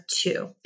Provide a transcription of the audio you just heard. Two